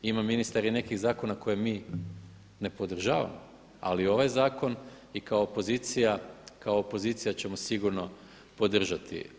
Ima ministar i nekih zakona koje mi ne podržavamo ali ovaj zakon i kao opozicija, kao opozicija ćemo sigurno podržati.